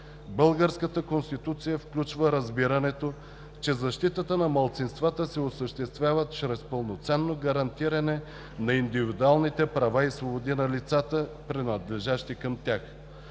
Българската конституция включва разбирането, че защитата на малцинствата се осъществява чрез пълноценно гарантиране на индивидуалните права и свободи на лицата, принадлежащи към тях.